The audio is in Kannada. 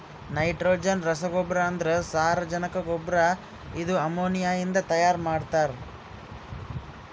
ನೈಟ್ರೋಜನ್ ರಸಗೊಬ್ಬರ ಅಂದ್ರ ಸಾರಜನಕ ಗೊಬ್ಬರ ಇದು ಅಮೋನಿಯಾದಿಂದ ತೈಯಾರ ಮಾಡ್ತಾರ್